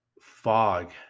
fog